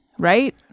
right